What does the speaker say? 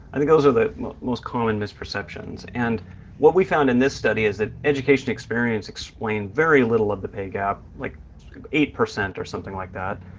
and those are the most common misperceptions and what we found in this study is that education experience explained very little of the pay gap, like eight percent or something like that.